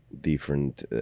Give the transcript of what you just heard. different